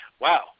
Wow